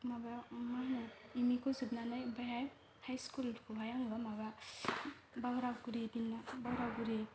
माबायाव मा होनो एम इ खौ जोबनानै ओमफ्रायहाय हाई स्कुलखौहाय आङो माबा बाग्रागुरि बाग्रागुरि